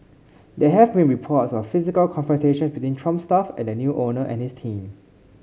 there have been reports of physical confrontation between Trump staff and the new owner and his team